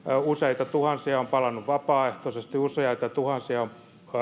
useita tuhansia on palannut vapaaehtoisesti ja useita tuhansia on